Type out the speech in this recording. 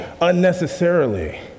unnecessarily